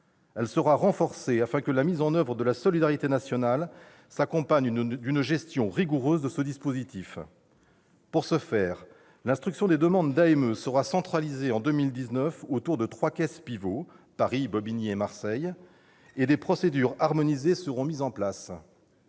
Elle sera renforcée, afin que la mise en oeuvre de la solidarité nationale s'accompagne d'une gestion rigoureuse du dispositif. Pour ce faire, l'instruction des demandes d'AME sera centralisée en 2019 autour de trois caisses pivot, à Paris, Bobigny et Marseille, et des procédures harmonisées seront mises en place.